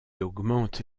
augmente